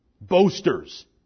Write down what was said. boasters